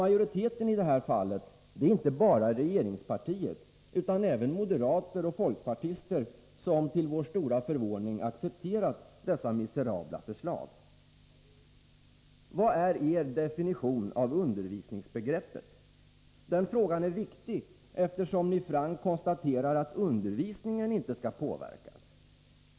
Majoriteten är i det här fallet inte bara regeringspartiet, utan även moderater och folkpartister, som till vår stora förvåning accepterat dessa miserabla förslag. Vad är er definition av undervisningsbegreppet? Den frågan är viktig, eftersom ni frankt konstaterar att undervisningen inte skall påverkas.